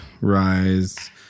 rise